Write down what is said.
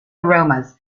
aromas